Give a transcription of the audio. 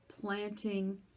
planting